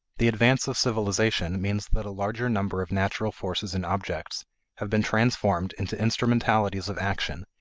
the advance of civilization means that a larger number of natural forces and objects have been transformed into instrumentalities of action,